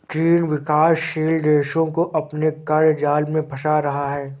चीन विकासशील देशो को अपने क़र्ज़ जाल में फंसा रहा है